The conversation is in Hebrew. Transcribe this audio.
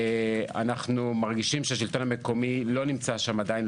אנחנו מרגישים שהשלטון המקומי לא נמצא שם עדיין,